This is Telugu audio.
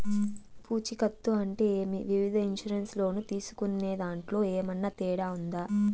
పూచికత్తు అంటే ఏమి? వివిధ ఇన్సూరెన్సు లోను తీసుకునేదాంట్లో ఏమన్నా తేడా ఉందా?